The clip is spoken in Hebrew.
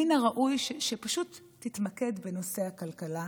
מן הראוי שפשוט תתמקד בנושא הכלכלה,